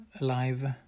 alive